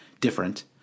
different